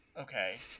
Okay